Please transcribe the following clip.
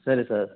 சரி சார்